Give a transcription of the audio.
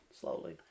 Slowly